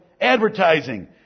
advertising